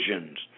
visions